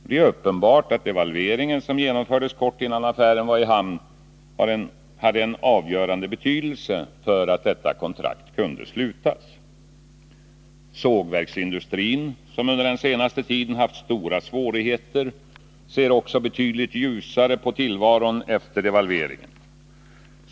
Det är uppenbart att devalveringen, som genomfördes kort innan affären var i hamn, hade en avgörande betydelse för att detta kontrakt kunde slutas. Sågverksindustrin, som under den senaste tiden haft stora svårigheter, ser också betydligt ljusare på tillvaron efter devalveringen.